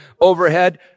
overhead